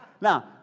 Now